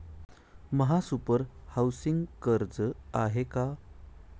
महासुपर हाउसिंग कर्ज आहे का?